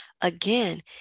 again